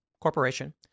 Corporation